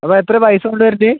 അപ്പോൾ എത്രയാണ് പൈസ കൊണ്ടുവരേണ്ടത്